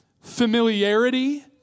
Familiarity